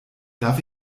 darf